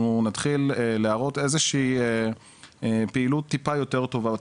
נתחיל להראות איזו שהיא פעילות טיפה יותר טובה,